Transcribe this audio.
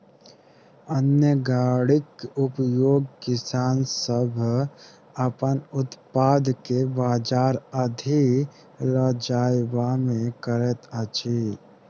अन्न गाड़ीक उपयोग किसान सभ अपन उत्पाद के बजार धरि ल जायबामे करैत छथि